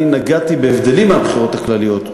אני נגעתי בהבדלים מהבחירות הכלליות.